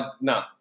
No